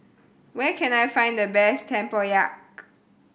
where can I find the best Tempoyak